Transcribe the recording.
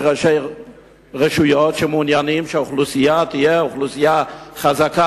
ראשי רשויות שמעוניינים שהאוכלוסייה תהיה אוכלוסייה חזקה